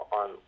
on